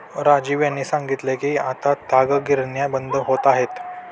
राजीव यांनी सांगितले की आता ताग गिरण्या बंद होत आहेत